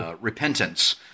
repentance